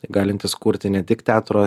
galintis kurti ne tik teatro